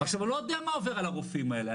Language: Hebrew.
עכשיו אני לא יודע מה עובר על הרופאים האלה,